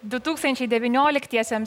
du tūkstančiai devynioliktiesiems